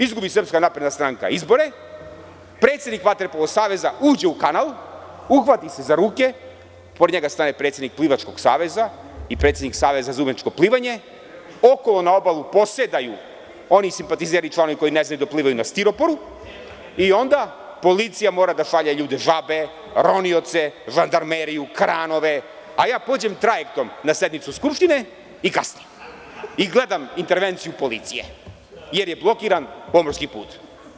Izgubi SNS izbore, predsednik vaterpolo saveza uđe u kanal, uhvati se za ruke, pored njega stane predsednik plivačkog saveza i predsednik saveza za umetničko plivanje, okolo na obalu posedaju oni simpatizeri, članovi koji ne znaju da plivaju na stiroporu i onda policija mora da šalje ljude žabe, ronioce, žandarmeriju, kranove, a ja pođem trajektom na sednicu Skupštine, kasnim i gledam intervenciju policije jer je blokiran pomorski put.